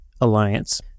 Alliance